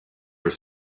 were